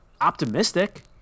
optimistic